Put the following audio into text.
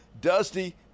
Dusty